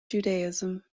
judaism